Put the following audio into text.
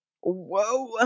Whoa